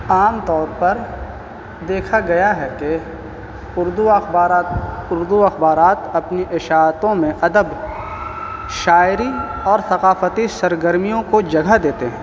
عام طور پر دیکھا گیا ہے کہ اردو اخبارات اردو اخبارات اپنی اشاعتوں میں ادب شاعری اور ثقافتی سرگرمیوں کو جگہ دیتے ہیں